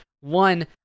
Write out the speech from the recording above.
One